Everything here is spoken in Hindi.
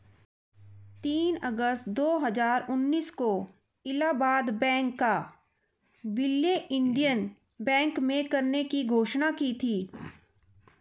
तीस अगस्त दो हजार उन्नीस को इलाहबाद बैंक का विलय इंडियन बैंक में करने की घोषणा की थी